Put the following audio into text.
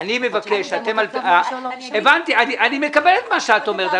אני מקבל את מה שאת אומרת.